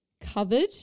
covered